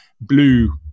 blue